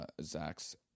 Zach's